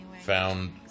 found